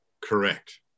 Correct